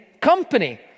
company